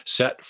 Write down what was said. set